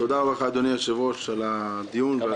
תודה לך אדוני היושב ראש על הדיון ועל